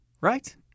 right